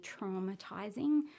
traumatizing